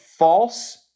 false